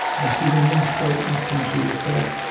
that he will not go up into his bed,